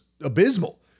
abysmal